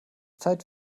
zeit